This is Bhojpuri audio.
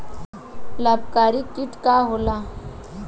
लाभकारी कीट का होला?